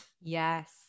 yes